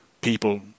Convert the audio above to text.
people